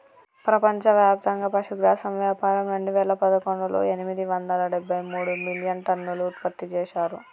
ప్రపంచవ్యాప్తంగా పశుగ్రాసం వ్యాపారం రెండువేల పదకొండులో ఎనిమిది వందల డెబ్బై మూడు మిలియన్టన్నులు ఉత్పత్తి చేశారు